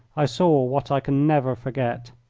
i saw what i can never forget.